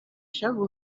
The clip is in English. shovel